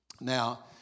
Now